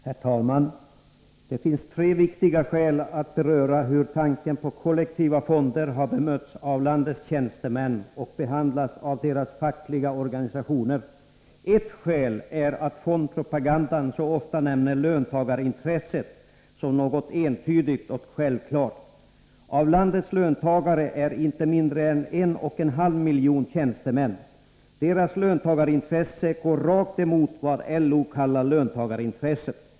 Herr talman! Det finns tre viktiga skäl att beröra det sätt på vilket tanken på kollektiva fonder har bemötts av landets tjänstemän och behandlats av deras fackliga organisationer. Ett första skäl är att fondpropagandan så ofta nämner ”löntagarintresset” som något entydigt och självklart. Av landets löntagare är inte mindre än en och en halv miljon tjänstemän. Deras löntagarintresse går rakt emot vad LO kallar ”löntagarintresset”.